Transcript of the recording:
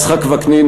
יצחק וקנין,